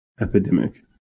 epidemic